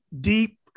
deep